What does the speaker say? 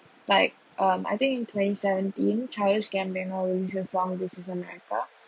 like um I think in twenty seventeen childish gambino released a song this is america